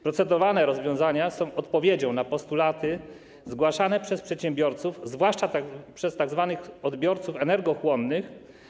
Procedowane rozwiązania są odpowiedzią na postulaty zgłaszane przez przedsiębiorców, zwłaszcza przez tzw. odbiorców energochłonnych.